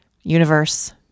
Universe